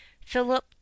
philip